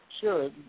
Sure